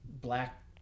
black